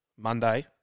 Monday